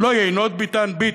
לא "יינות ביתן" ביטן.